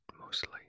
mostly